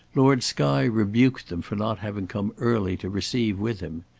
lord skye rebuked them for not having come early to receive with him.